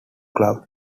club